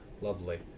lovely